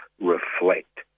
reflect